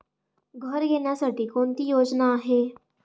घर घेण्यासाठी कोणती योजना आहे?